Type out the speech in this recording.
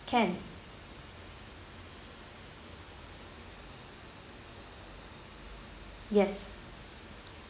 can yes